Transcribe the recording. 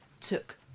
took